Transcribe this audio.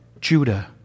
Judah